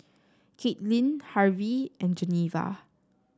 Kaitlynn Harvie and Geneva